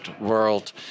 world